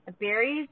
Berries